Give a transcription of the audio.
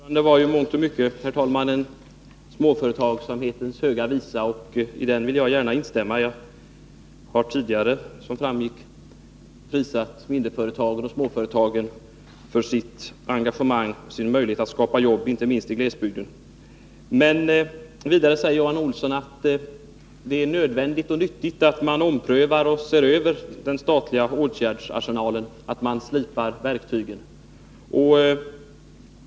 Herr talman! Johan Olssons anförande var i mångt och mycket en småföretagsamhetens höga visa, och i den vill jag gärna instämma. Jag har, som framgått, tidigare prisat de mindre företagen och småföretagen för deras engagemang och deras möjligheter att skapa jobb, inte minst i glesbygden. Vidare säger Johan Olsson att det är nödvändigt och nyttigt att man omprövar och ser över den statliga åtgärdsarsenalen, att man slipar verktygen.